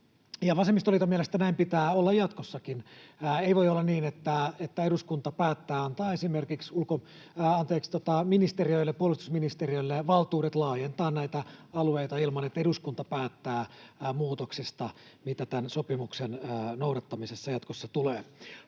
Vasemmistoliiton mielestä näin pitää olla jatkossakin. Ei voi olla niin, että eduskunta päättää antaa esimerkiksi puolustusministeriölle valtuudet laajentaa näitä alueita ilman, että eduskunta päättää muutoksista, mitä tämän sopimuksen noudattamiseen jatkossa tulee.